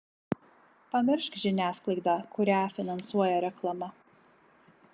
pamiršk žiniasklaidą kurią finansuoja reklama